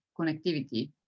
connectivity